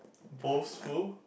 boastful